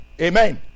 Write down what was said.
amen